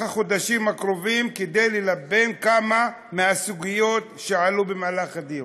החודשים הקרובים כדי ללבן כמה מהסוגיות שעלו במהלך הדיון.